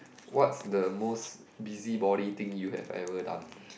what's the most busybody thing you have ever done